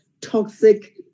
toxic